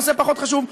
נושא פחות חשוב,